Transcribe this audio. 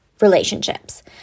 relationships